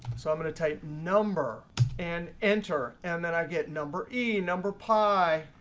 so i'm going to type number and enter and then i get number e, number pi,